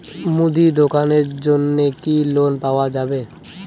মুদি দোকানের জন্যে কি লোন পাওয়া যাবে?